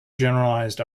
generalized